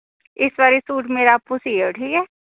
इस बारी मेरा सूट आपूं सीइयो ठीक ऐ